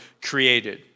created